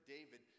David